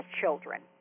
children